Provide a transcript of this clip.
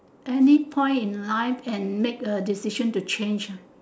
any point in life made in life make a decision to change